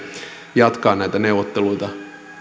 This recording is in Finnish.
jatkaa näitä neuvotteluita